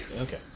Okay